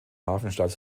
hafenstadt